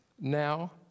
now